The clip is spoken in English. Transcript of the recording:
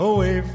Away